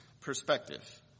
perspective